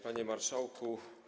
Panie Marszałku!